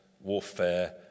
warfare